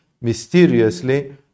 mysteriously